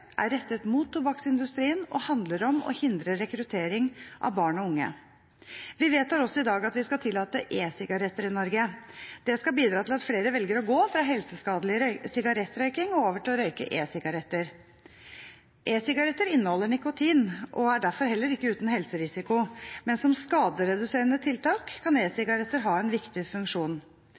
er rettet mot tobakksindustrien og handler om å hindre rekruttering av barn og unge. Vi vedtar også i dag at vi skal tillate e-sigaretter i Norge. Det skal bidra til at flere velger å gå fra helseskadelig sigarettrøyking og over til å røyke e-sigaretter. E-sigaretter inneholder nikotin og er derfor heller ikke uten helserisiko, men som skadereduserende tiltak kan e-sigaretter ha en viktig funksjon.